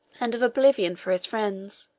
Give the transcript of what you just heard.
and of oblivion for his friends